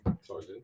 Sorry